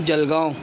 Jalgaon